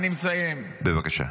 בבקשה.